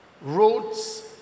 Roads